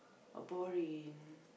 oh boring